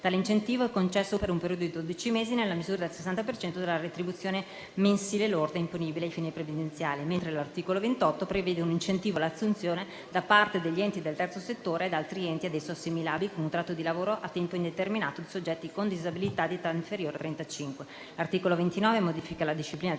Tale incentivo è concesso per un periodo di dodici mesi e nella misura del 60 per cento della retribuzione mensile lorda imponibile ai fini previdenziali. L'articolo 28 prevede un incentivo all'assunzione, da parte di enti del terzo settore e di altri enti ad essi assimilabili, con contratto di lavoro a tempo indeterminato, di soggetti con disabilità e di età inferiore a trentacinque anni. L'articolo 29 modifica la disciplina del